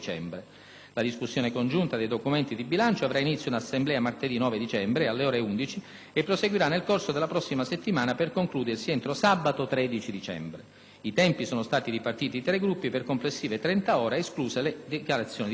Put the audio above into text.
La discussione congiunta dei documenti di bilancio avrà inizio in Assemblea martedì 9 dicembre, alle ore 11, e proseguirà nel corso della prossima settimana per concludersi entro sabato 13 dicembre. I tempi sono stati ripartiti tra i Gruppi per complessive 30 ore, escluse le dichiarazioni di voto finali.